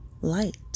light